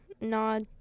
nod